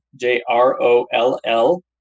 J-R-O-L-L